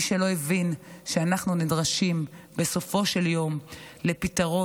מי שלא הבין שאנחנו נדרשים בסופו של יום לפתרון